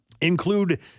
include